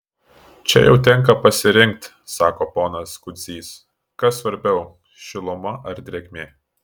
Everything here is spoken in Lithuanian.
čia jau tenka pasirinkti sako ponas kudzys kas svarbiau šiluma ar drėgmė